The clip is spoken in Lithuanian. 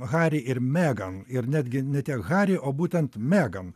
harį ir megan ir netgi ne tiek harį o būtent megan